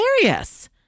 hilarious